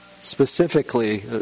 Specifically